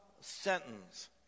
sentence